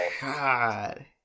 God